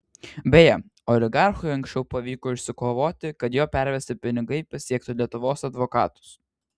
beje oligarchui anksčiau pavyko išsikovoti kad jo pervesti pinigai pasiektų lietuvos advokatus